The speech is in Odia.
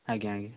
ଆଜ୍ଞା ଆଜ୍ଞା